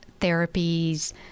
therapies